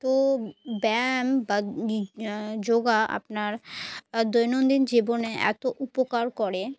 তো ব্যায়াম বা যোগা আপনার দৈনন্দিন জীবনে এতো উপকার করে